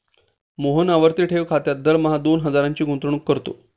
मोहन आवर्ती ठेव खात्यात दरमहा दोन हजारांची गुंतवणूक करतो